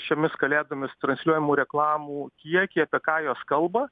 šiomis kalėdomis transliuojamų reklamų kiekį apie ką jos kalba